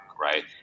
right